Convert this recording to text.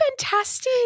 fantastic